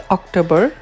October